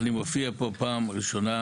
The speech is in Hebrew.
אני מופיע פה פעם ראשונה.